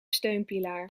steunpilaar